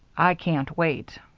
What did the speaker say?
i can't wait.